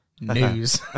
News